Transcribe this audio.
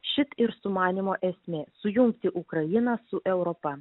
šit ir sumanymo esmė sujungti ukrainą su europa